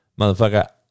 Motherfucker